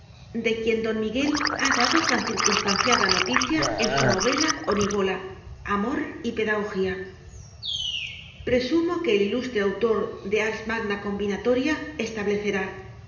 de quien don miguel ha dado tan circunstanciada noticia en su novela o nivola amor y pedagogía presumo que el ilustre autor del ars magna combinatoria establecerá